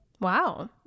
Wow